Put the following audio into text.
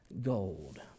gold